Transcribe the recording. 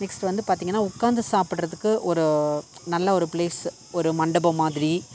next வந்து பார்த்தீங்கன்னா உட்காந்து சாப்பிட்றதுக்கு ஒரு நல்ல ஒரு ப்ளேஸ்ஸு ஒரு மண்டபம் மாதிரி